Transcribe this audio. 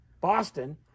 boston